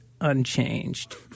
unchanged